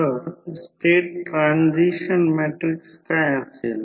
तर हे I0 sin ∅ आहे आणि हे Ic I0 cos ∅0 असेल